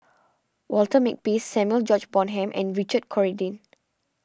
Walter Makepeace Samuel George Bonham and Richard Corridon